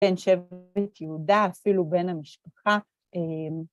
‫בין שבט יהודה אפילו בין המשפחה.